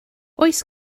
oes